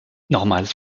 nochmals